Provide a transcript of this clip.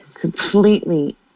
completely